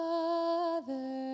Father